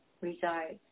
resides